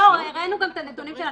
לא, הראנו את הנתונים שלנו.